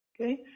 Okay